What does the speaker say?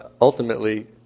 ultimately